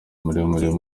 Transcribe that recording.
muremure